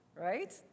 right